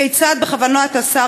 נא לסיים, גברתי.